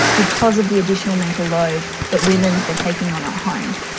because of the additional mental load that women are taking on at home.